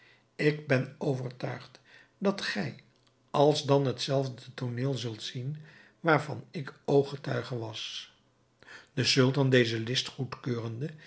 ik ben overtuigd dat gij alsdan hetzelfde tooneel zult zien waarvan ik ooggetuige was de sultan deze list goedkeurende